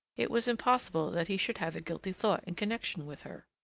it was impossible that he should have a guilty thought in connection with her.